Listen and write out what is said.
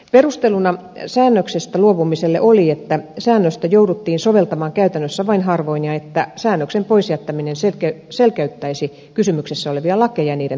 perusteluna säännöksestä luopumiselle oli että säännöstä jouduttiin soveltamaan käytännössä vain harvoin ja että säännöksen pois jättäminen selkeyttäisi kysymyksessä olevia lakeja ja niiden toimeenpanoa